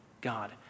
God